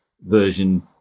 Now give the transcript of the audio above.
version